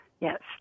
yes